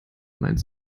meint